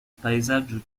paesaggio